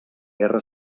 guerra